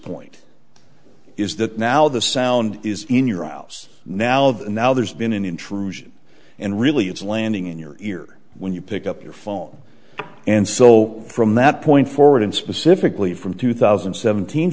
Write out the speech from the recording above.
point is that now the sound is in your ouse now the now there's been an intrusion and really it's landing in your ear when you pick up your phone and so from that point forward and specifically from two thousand and seventeen